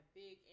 big